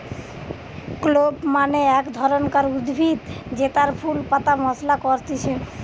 clove মানে এক ধরণকার উদ্ভিদ জেতার ফুল পাতা মশলা করতিছে